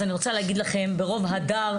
אז אני רוצה להגיד לכם ברוב הדר,